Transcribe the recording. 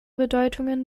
bedeutungen